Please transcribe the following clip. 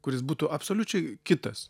kuris būtų absoliučiai kitas